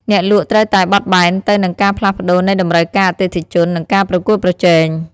អ្នកលក់ត្រូវតែបត់បែនទៅនឹងការផ្លាស់ប្តូរនៃតម្រូវការអតិថិជន និងការប្រកួតប្រជែង។